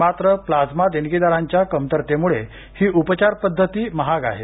मात्र प्लाझ्मा देणगीदाराच्या कमतरतेमुळे ही उपचार पद्धती महाग आहे